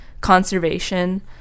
conservation